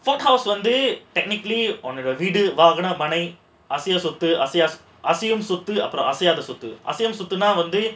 fourth house வந்து:vandhu technically உன்னோட வீடு வாங்குனா மனை அசையா சொத்து அசையும் சொத்து அப்புறம் அசையாத சொத்து அசையும் சொத்துனா வந்து:unnoda veedu vangunaa manai asayaa sothu asaiyum sothu appuram asayaatha sothu asaiyum sothunaa vandhu